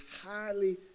highly